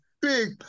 big